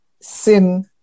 sin